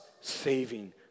saving